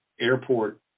airport